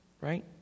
Right